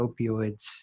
opioids